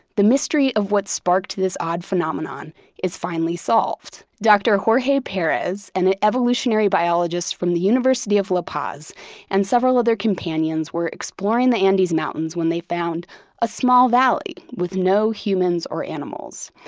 the mystery of what sparked this odd phenomenon is finally solved. dr. jorge perez and ah evolutionary biologists from the university of la paz and several other companions were exploring the andes mountains when they found a small valley with no humans or animals.